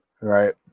Right